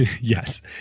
yes